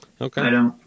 Okay